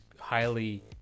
highly